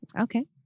Okay